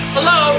Hello